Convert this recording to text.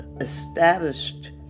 established